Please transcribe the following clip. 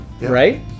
right